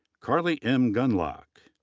carly n. gundlach.